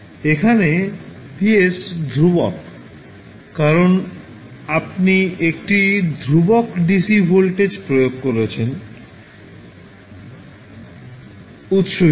এখানে Vs ধ্রুবক কারণ আপনি একটি ধ্রুবক ডিসি ভোল্টেজ প্রয়োগ করছেন উৎস হিসেবে